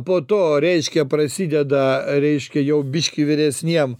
po to reiškia prasideda reiškia jau biškį vyresniem